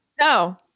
no